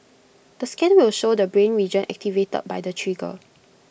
the scan will show the brain region activated by the trigger